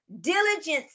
Diligence